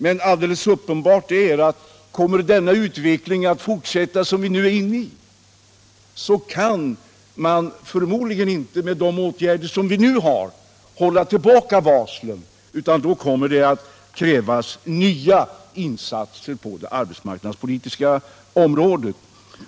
Men alldeles uppenbart är att kommer den utveckling som vi nu är inne i att fortsätta, så kan man förmodligen inte, med de åtgärder som nu står till buds, hålla tillbaka varslen, utan då kommer det att krävas nya insatser på det arbetsmarknadspolitiska området.